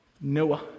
Noah